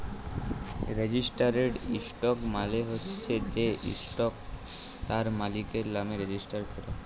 registered stock মালে হচ্যে যে ইসটকট তার মালিকের লামে রেজিস্টার ক্যরা